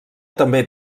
també